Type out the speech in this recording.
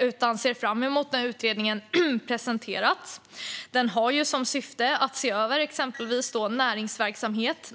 utan jag ser fram emot när den presenteras. Den har som syfte att se över exempelvis näringsverksamhet.